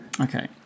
Okay